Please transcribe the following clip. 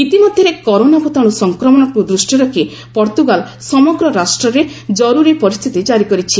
ଇତିମଧ୍ୟରେ କରୋନା ଭୂତାଣୁ ସଂକ୍ରମଣକୁ ଦୃଷ୍ଟିରେ ରଖି ପର୍ତ୍ତଗାଲ୍ ସମଗ୍ର ରାଷ୍ଟ୍ରରେ ଜରୁରି ପରିସ୍ଥିତି କାରି କରିଛି